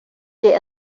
they